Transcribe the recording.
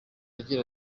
agira